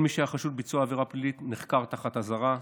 כל מי שהיה חשוד בביצוע עבירה פלילית נחקר תחת אזהרה,